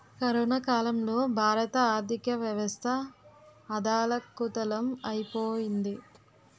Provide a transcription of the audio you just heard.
corona కాలంలో భారత ఆర్థికవ్యవస్థ అథాలకుతలం ఐపోయింది